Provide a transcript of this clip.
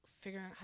figuring